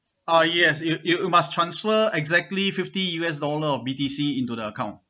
ah yes you you you must transfer exactly fifty U_S dollar of B_T_C into the account